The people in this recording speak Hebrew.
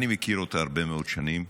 אני מכיר אותו הרבה מאוד שנים,